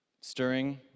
stirring